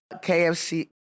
kfc